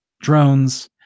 drones